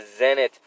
Zenit